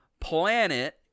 planet